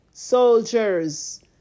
soldiers